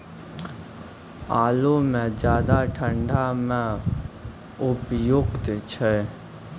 आलू म ज्यादा ठंड म उपयुक्त छै?